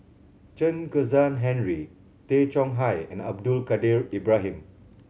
Chen Kezhan Henri Tay Chong Hai and Abdul Kadir Ibrahim